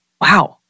wow